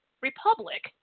republic